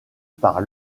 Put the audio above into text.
par